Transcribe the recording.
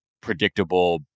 predictable